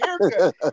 haircut